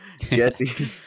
Jesse